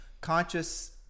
conscious